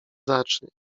zacznie